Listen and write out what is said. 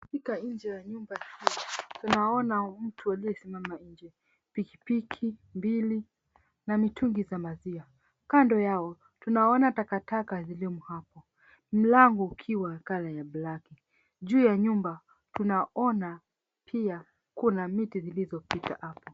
Katika nje ya nyumba hii tunaoana mtu aliyesimama nje, pikipiki mbili na mitungi za maziwa. 𝐾𝑎𝑛𝑑𝑜 yao tunaona takataka zilimo hapo. Mlango ukiwa wa colour ya black . Juu ya nyumba tunaona pia kuna miti zilizopita hapo.